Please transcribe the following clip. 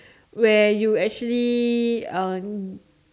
where you actually um